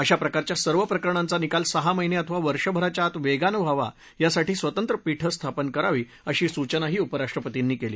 अशा प्रकारच्या सर्व प्रकरणांचा निकाल सहा महिने अथवा वर्षभराच्या आत वेगानं व्हावा यासाठी स्वतंत्र पीठं स्थापन करावी अशी सूचनाही उपराष्ट्रपतींनी केली